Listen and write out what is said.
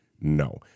no